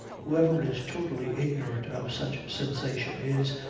whoever is totally ignorant of such sensation is,